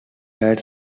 had